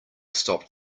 stopped